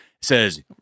says